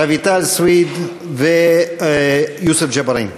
רויטל סויד ויוסף ג'בארין.